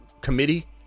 committee